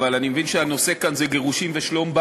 אבל אני מבין שהנושא כאן זה גירושים ושלום-בית,